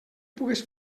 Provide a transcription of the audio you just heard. pugues